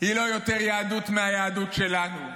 היא לא יותר יהדות מהיהדות שלנו.